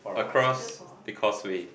across the causeway